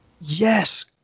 Yes